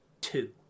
two